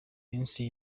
iminsi